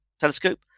telescope